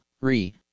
re